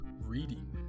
reading